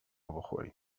بخوریم